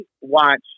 watch